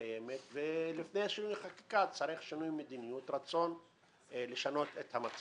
לפני שינוי החקיקה צריך שינוי מדיניות ורצון לשנות את המצב.